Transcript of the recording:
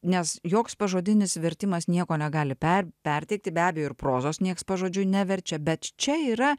nes joks pažodinis vertimas nieko negali per perteikti be abejo ir prozos nieks pažodžiui neverčia bet čia yra